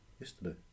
yesterday